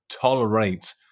tolerate